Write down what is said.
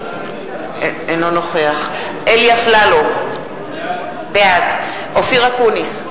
אינו נוכח אלי אפללו, בעד אופיר אקוניס,